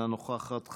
אינה נוכחת,